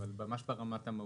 אבל ממש ברמת המהות.